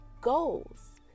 goals